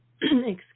excuse